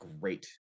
great